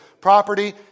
property